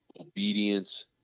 obedience